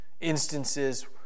instances